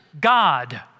God